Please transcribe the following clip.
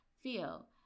feel